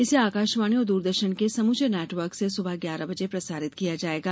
इसे आकाशवाणी और द्रदर्शन के समूचे नेटवर्क से सुबह ग्यारह बजे प्रसारित किया जायेगा